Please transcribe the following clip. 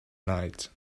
night